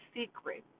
secret